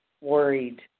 Worried